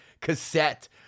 cassette